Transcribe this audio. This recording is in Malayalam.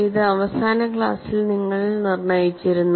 ഇത് അവസാന ക്ലാസിൽ നിങ്ങൾ നിർണ്ണയിച്ചിരുന്നു